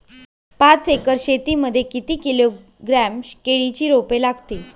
पाच एकर शेती मध्ये किती किलोग्रॅम केळीची रोपे लागतील?